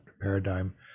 paradigm